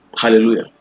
Hallelujah